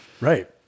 right